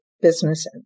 business